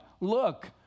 look